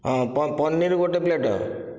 ହଁ ପନିର୍ ଗୋଟିଏ ପ୍ଲେଟ